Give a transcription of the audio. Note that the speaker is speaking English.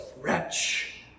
wretch